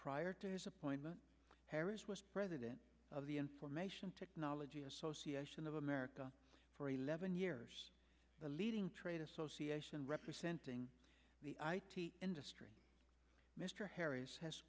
prior to his appointment harris was president of the information technology association of america for eleven years the leading trade association representing the industry mr harris has